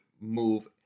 move